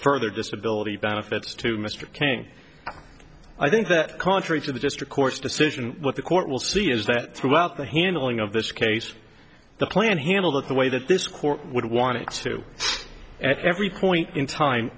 further disability benefits to mr king i think that contrary to the district court's decision what the court will see is that throughout the handling of this case the plan handled it the way that this court would want it to at every point in time